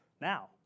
now